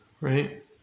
right